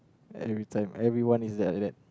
every time everyone is like that